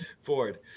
Ford